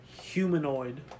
humanoid